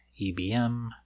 EBM